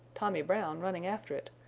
tommy brown running after it,